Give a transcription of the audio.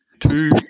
Two